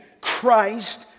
Christ